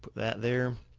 but that there,